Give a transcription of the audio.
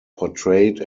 portrayed